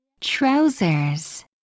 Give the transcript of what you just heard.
Trousers